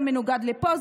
זה מנוגד לפה,